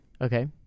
Okay